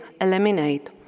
eliminate